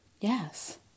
Yes